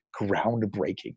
groundbreaking